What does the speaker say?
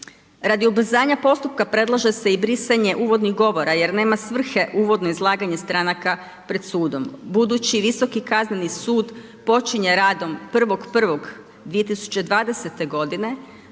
Radi ubrzanja postupka predlaže se i brisanje uvodnih govora jer nema svrhe uvodno izlaganje stranaka pred sudom. Budući Visoki kazneni sud počinje radom 1.1.2020. godine